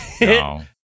No